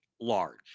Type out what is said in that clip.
large